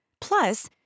Plus